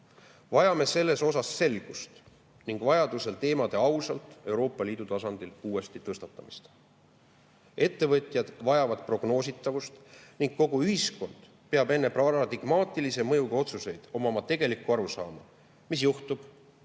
Vajame selles osas selgust ning vajadusel teemade ausalt Euroopa Liidu tasandil uuesti tõstatamist. Ettevõtjad vajavad prognoositavust ning kogu ühiskond peab enne paradigmaatilise mõjuga otsuseid omama tegelikku arusaama, mis juhtub,